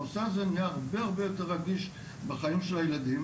הנושא הזה נהיה הרבה הרבה יותר רגיש בחיים של הילדים